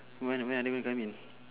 when when what do you mean